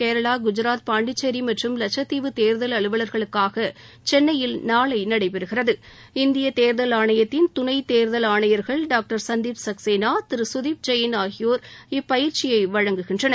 கேரளா குஜாத் பாண்டிச்சேரி மற்றும் லட்சத்தீவு தேர்தல் அலுவலர்களுக்காக சென்னையில் நாளை நடைபெறுகிறது இந்திய தேர்தல் ஆணையத்தின் துணை தேர்தல் ஆணையர்கள் டாங்டர் சந்திப் சக்சேனா திரு கதீப் ஜெயின் ஆகியோர் இப்பயிற்சியை வழங்குகின்றனர்